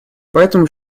поэтому